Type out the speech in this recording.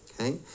okay